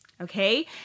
okay